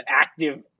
active